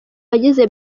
bagize